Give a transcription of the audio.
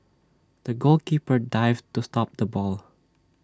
the goalkeeper dived to stop the ball